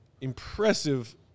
Impressive